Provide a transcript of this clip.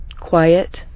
quiet